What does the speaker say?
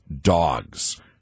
Dogs